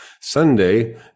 sunday